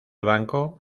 banco